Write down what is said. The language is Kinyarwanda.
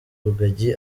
rugagi